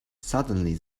suddenly